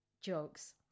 jokes